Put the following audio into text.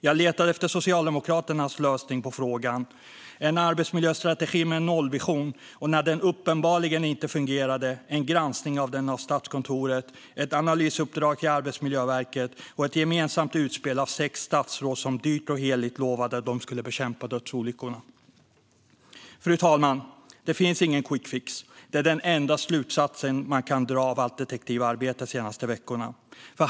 Jag letade efter Socialdemokraternas lösning på frågan: en arbetsmiljöstrategi med en nollvision, och, när denna uppenbarligen inte fungerade, en granskning av den av Statskontoret, ett analysuppdrag till Arbetsmiljöverket och ett gemensamt utspel av sex statsråd som dyrt och heligt lovade att de skulle bekämpa dödsolyckorna. Fru talman! Det finns ingen quick fix. Det är den enda slutsats man kan dra av allt detektivarbete de senaste veckorna.